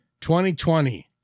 2020